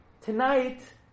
tonight